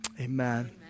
Amen